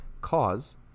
CAUSE